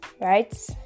Right